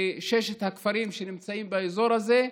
בששת הכפרים שנמצאים באזור הזה,